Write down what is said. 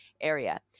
area